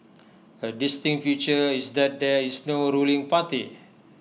A distinct feature is that there is no ruling party